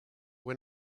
were